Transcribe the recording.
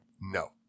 No